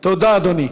תודה, אדוני.